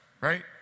right